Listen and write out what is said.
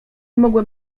mogłem